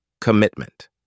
Commitment